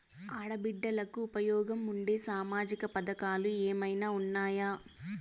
ఆడ బిడ్డలకు ఉపయోగం ఉండే సామాజిక పథకాలు ఏమైనా ఉన్నాయా?